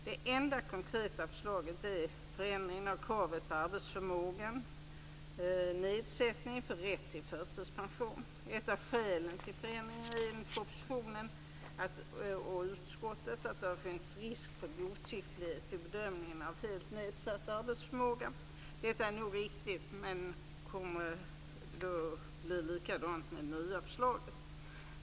Det enda konkreta förslaget är förändringen av kravet på arbetsförmågans nedsättning för rätt till förtidspension. Ett av skälen till förändringen är enligt propositionen och utskottet att det har funnits risk för godtycklighet vid bedömningen av helt nedsatt arbetsförmåga. Detta är nog riktigt, men det kommer att bli likadant med det nya förslaget.